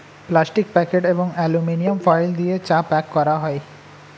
plastic packet এবং aluminium foil দিয়ে চা প্যাক করা হয়